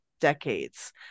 decades